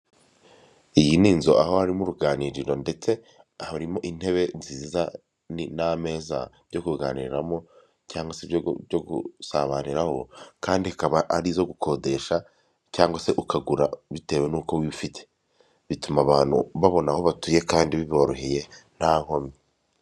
Uyu ni umugore ubona usa nkukuze umurebye neza ku maso he harakeye cyane, yambaye amadarubindi ndetse n'ikote ry'umukara n'ishati y'ubururu umusatsi we urasokoje.